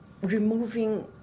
removing